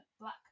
black